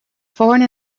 foreign